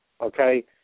okay